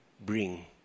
bring